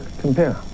compare